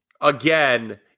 Again